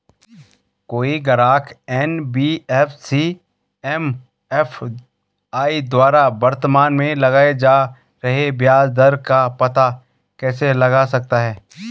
कोई ग्राहक NBFC MFI द्वारा वर्तमान में लगाए जा रहे ब्याज दर का पता कैसे लगा सकता है?